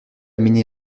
mini